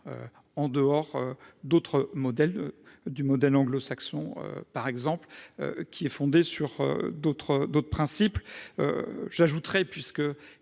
en dehors d'autres modèles de du modèle anglo-saxon par exemple qui est fondée sur d'autres, d'autres principes j'ajouterais puisque